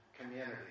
community